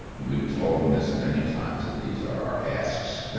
we've told them this many times that these are our asks. yeah